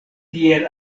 tiel